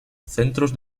centros